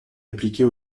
appliquée